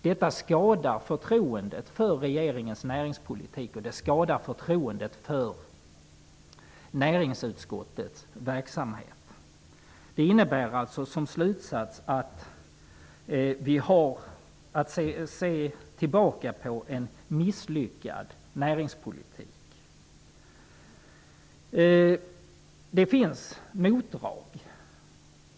Detta skadar förtroendet för regeringens näringspolitik, och det skadar förtroendet för näringsutskottets verksamhet. Slutsatsen är alltså att vi kan se tillbaka på en misslyckad näringspolitik. Det har också förekommit motdrag.